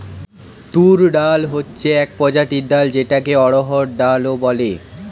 তুর ডাল হচ্ছে এক প্রজাতির ডাল যেটাকে অড়হর ডাল ও বলে